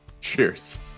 Cheers